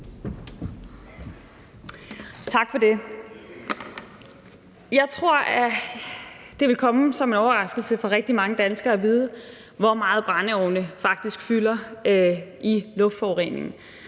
Tak for det. Jeg tror, det vil komme som en overraskelse for rigtig mange danskere at vide, hvor meget brændeovne faktisk fylder i luftforureningen